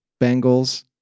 Bengals